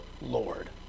Lord